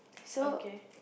okay